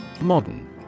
Modern